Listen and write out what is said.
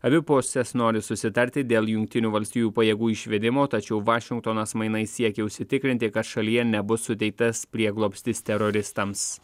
abi pusės nori susitarti dėl jungtinių valstijų pajėgų išvedimo tačiau vašingtonas mainais siekia užsitikrinti kad šalyje nebus suteiktas prieglobstis teroristams